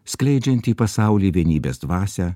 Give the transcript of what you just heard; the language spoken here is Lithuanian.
skleidžianti į pasaulį vienybės dvasią